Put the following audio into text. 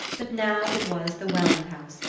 but now it was the welland house,